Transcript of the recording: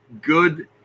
good